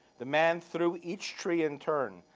the man through each tree in turn,